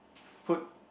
put